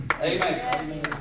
Amen